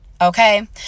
Okay